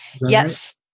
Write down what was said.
Yes